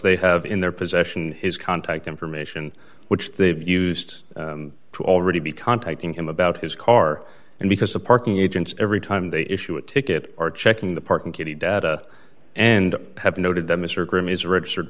they have in their possession his contact information which they've used to already be contacting him about his car and because a parking agent's every time they issue a ticket or check in the parking kitty data and have noted that mr